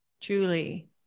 Julie